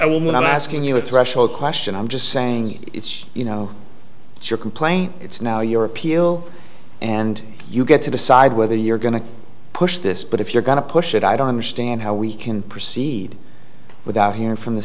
what i'm asking you a threshold question i'm just saying it's you know your complaint it's now your appeal and you get to decide whether you're going to push this but if you're going to push it i don't understand how we can proceed without hearing from the